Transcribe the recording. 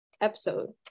episode